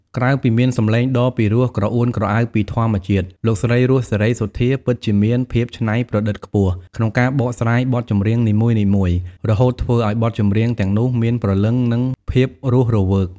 ក្រៅពីមានសំឡេងដ៏ពីរោះក្រអួនក្រអៅពីធម្មជាតិ លោកស្រី រស់ សេរីសុទ្ធា ពិតជាមាន ភាពច្នៃប្រឌិតខ្ពស់ ក្នុងការបកស្រាយបទចម្រៀងនីមួយៗ រហូតធ្វើឲ្យបទចម្រៀងទាំងនោះមាន ព្រលឹង និង ភាពរស់រវើក ។